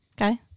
Okay